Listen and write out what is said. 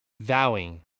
vowing